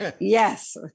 Yes